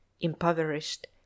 impoverished